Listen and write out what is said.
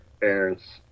parents